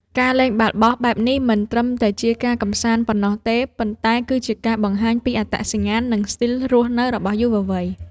ការលេងបាល់បោះបែបនេះមិនត្រឹមតែជាការកម្សាន្តប៉ុណ្ណោះទេ ប៉ុន្តែគឺជាការបង្ហាញពីអត្តសញ្ញាណ និងស្ទីលរស់នៅរបស់យុវវ័យ។